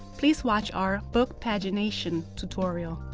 please watch our book pagination tutorial.